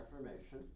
Reformation